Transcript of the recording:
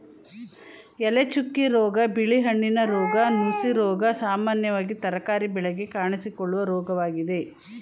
ಎಲೆಚುಕ್ಕೆ ರೋಗ, ಬಿಳಿ ಹೆಣ್ಣಿನ ರೋಗ, ನುಸಿರೋಗ ಸಾಮಾನ್ಯವಾಗಿ ತರಕಾರಿ ಬೆಳೆಗೆ ಕಾಣಿಸಿಕೊಳ್ಳುವ ರೋಗವಾಗಿದೆ